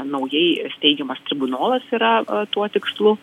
naujai steigiamas tribunolas yra tuo tikslu